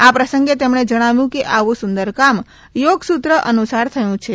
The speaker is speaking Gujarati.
આ પ્રસંગે તેમણે જણાવ્યું કે આવું સુંદર કામ યોગસૂત્ર અનુસાર થયું છે